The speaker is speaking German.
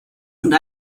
und